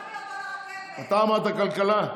אתה אמרת כלכלה?